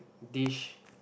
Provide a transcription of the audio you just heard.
dish